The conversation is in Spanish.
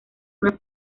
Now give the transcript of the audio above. una